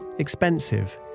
expensive